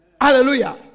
Hallelujah